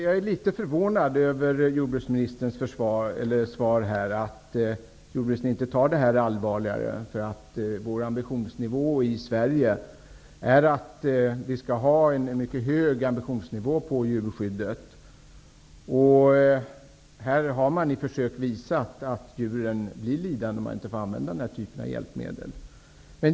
Jag är litet förvånad över att jordbruksministern i sitt svar inte tar den här frågan allvarligare. Vi strävar ju i Sverige efter att ha en mycket hög ambitionsnivå inom djurskyddets område, och i försök har det visats att djuren blir lidande om man inte får använda den här typen av hjälpmedel.